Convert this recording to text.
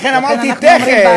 לכן אמרתי תכף.